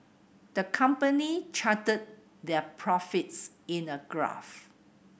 the company charted their profits in a graph